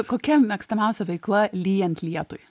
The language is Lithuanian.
kokia mėgstamiausia veikla lyjant lietui